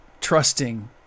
trusting